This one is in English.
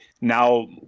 now